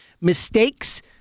mistakes